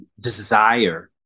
desire